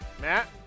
Matt